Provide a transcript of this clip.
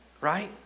Right